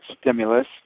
stimulus